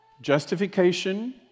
justification